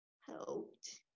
helped